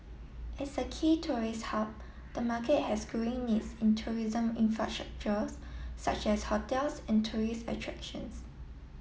as a key tourist hub the market has growing needs in tourism infrastructure such as hotels and tourist attractions